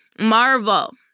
Marvel